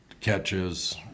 catches